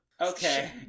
Okay